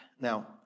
Now